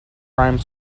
rhymes